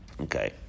Okay